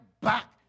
back